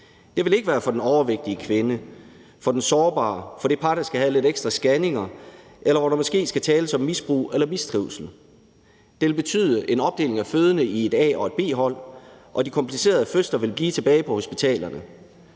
Det vil ikke være for den overvægtige kvinde, for den sårbare, for det par, der skal have lidt ekstra scanninger, eller hvor der måske skal tales om misbrug eller mistrivsel. Det vil betyde en opdeling af fødende i et A- og et B-hold, og de komplicerede fødsler vil blive tilbage på hospitalerne.